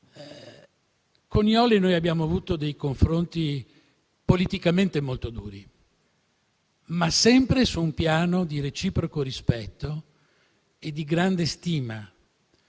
Con Jole abbiamo avuto dei confronti politicamente molto duri, ma sempre su un piano di reciproco rispetto e di grande stima,